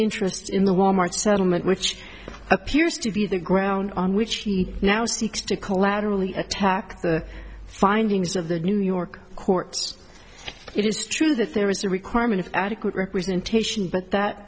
interest in the wal mart settlement which appears to be the ground on which he now seeks to collaterally attack the findings of the new york courts it is true that there is a requirement of adequate representation but that